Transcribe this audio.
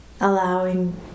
allowing